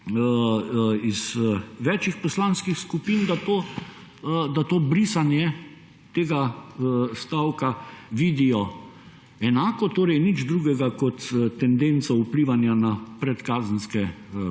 iz več poslanskih skupin, da črtanje tega stavka vidijo enako, nič drugega kot tendenco vplivanja na predkazenske postopke